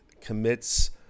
commits